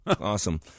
Awesome